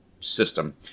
system